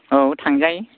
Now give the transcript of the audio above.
औ थांजायो